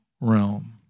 realm